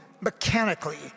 mechanically